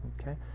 Okay